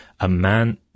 aman